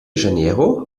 janeiro